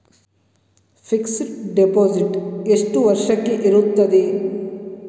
Fixed deposit ಎಷ್ಟು ವರ್ಷಕ್ಕೆ ಇರುತ್ತದೆ?